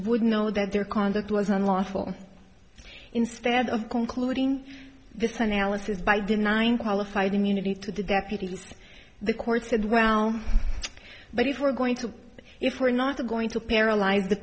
would know that their conduct was unlawful instead of concluding this analysis by denying qualified immunity to the deputies the courts said wow but if we're going to if we're not going to paralyze the